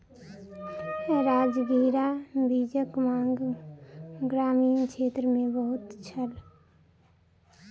राजगिरा बीजक मांग ग्रामीण क्षेत्र मे बहुत छल